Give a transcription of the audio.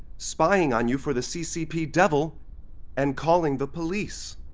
spying on you for the ccp devil and calling the police.